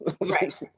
Right